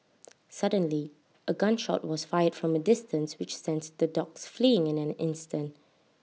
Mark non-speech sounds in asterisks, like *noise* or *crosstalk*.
*noise* suddenly A gun shot was fired from A distance which sent the dogs fleeing in an instant